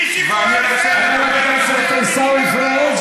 מי שקורא לחרם על אזרחי המדינה, מה הוא?